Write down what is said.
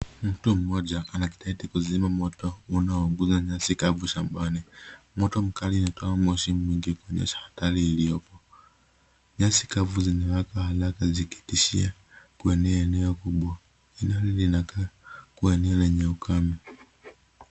Mtu mmoja anakitete ya kuzima moto unaouguza nyasi kavu shambani, moto mkali unatoa moshi nyingi kuonyesha kali iliovo. Nyasi kavu zina waka harak zikitishia eneo kubwa. eneo hili linaka kuwa eneo lenye ukame.